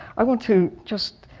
i want to just